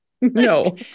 no